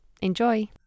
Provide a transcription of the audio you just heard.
Enjoy